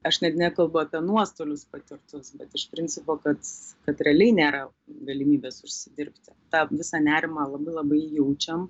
aš net nekalbu apie nuostolius patirtus bet iš principo kad kad realiai nėra galimybės užsidirbti tą visą nerimą labai labai jaučiam